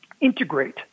integrate